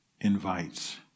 invites